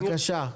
בבקשה.